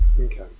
Okay